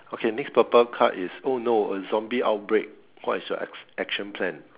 okay next purple card is oh no a zombie outbreak what is your act~ action plan